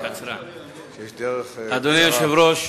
אדוני היושב-ראש,